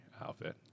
outfit